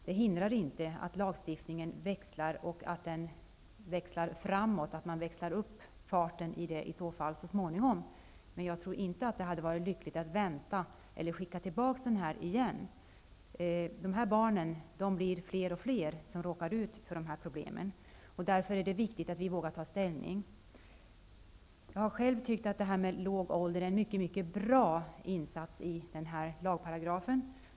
Det hindrar inte att lagstiftningen växlar, att farten växlas upp så småningom. Men jag tror inte att det hade varit lyckligt att vänta eller att skicka tillbaka propositionen. De barn som råkar ut för de problem som det här är fråga om blir allt fler. Därför är det viktigt att vi vågar ta ställning. Själv har jag tyckt att begreppet låg ålder är en synnerligen bra insats när det gäller den aktuella lagparagrafen.